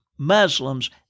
Muslims